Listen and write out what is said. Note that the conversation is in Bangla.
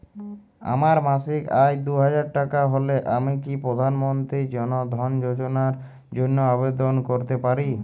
আমার মাসিক আয় দুহাজার টাকা হলে আমি কি প্রধান মন্ত্রী জন ধন যোজনার জন্য আবেদন করতে পারি?